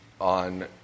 on